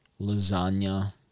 lasagna